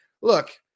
Look